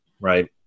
right